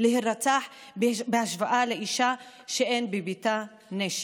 להירצח בהשוואה לאישה שאין בביתה כלי נשק.